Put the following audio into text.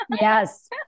Yes